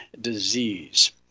disease